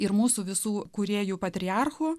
ir mūsų visų kūrėjų patriarchu